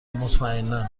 مطمئنا